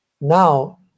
Now